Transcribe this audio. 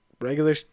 Regular